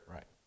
Right